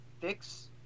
fix